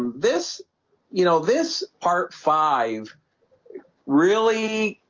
this you know this part five really?